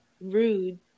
rude